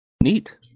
Neat